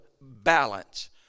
balance